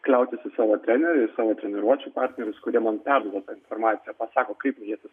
kliautis su savo treneriu savo treniruočių partnerius kurie man perduoda tą informaciją pasako kaip ietis